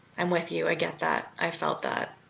i'm with you, i get that. i felt that.